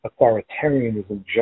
authoritarianism